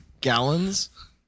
gallons